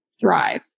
thrive